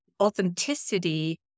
Authenticity